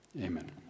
Amen